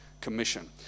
commission